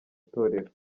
itorero